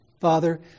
father